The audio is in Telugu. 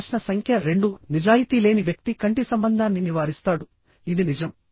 ప్రశ్న సంఖ్య 2 నిజాయితీ లేని వ్యక్తి కంటి సంబంధాన్ని నివారిస్తాడు ఇది నిజం